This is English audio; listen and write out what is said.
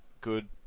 good